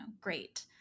great